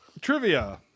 Trivia